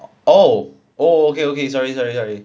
oh orh okay okay sorry sorry sorry